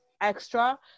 extra